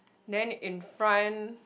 then in front